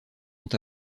ont